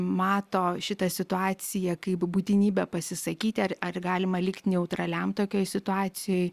mato šitą situaciją kaip būtinybę pasisakyti ar ar galima likti neutraliam tokioj situacijoj